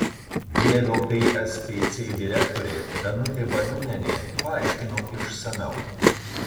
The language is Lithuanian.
vievio pspc direktorė danutė baliūnienė paaiškino išsamiau